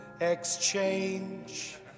exchange